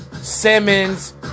Simmons